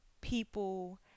people